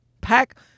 Pack